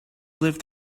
lived